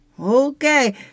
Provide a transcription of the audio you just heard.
Okay